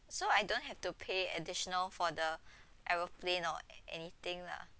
so I don't have to pay additional for the aeroplane or anything lah